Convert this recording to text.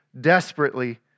desperately